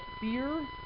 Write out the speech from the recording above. fear